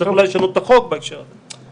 צריך אולי לשנות את החוק בהקשר הזה.